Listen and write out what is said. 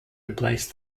replace